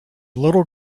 little